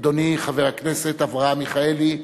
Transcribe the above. אדוני חבר הכנסת אברהם מיכאלי,